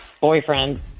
boyfriend